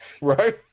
Right